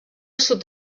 sud